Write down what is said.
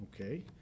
okay